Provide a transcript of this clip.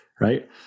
Right